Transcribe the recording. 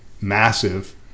massive